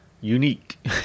unique